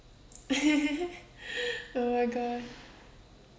oh my god